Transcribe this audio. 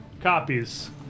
copies